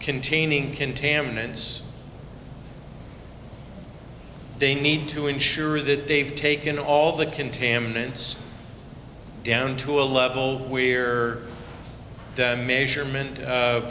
containing contaminants they need to ensure that they've taken all the contaminants down to a level we're measurement